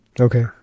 Okay